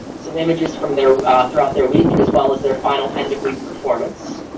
some images from there throughout their week, as well as their final end of group performance.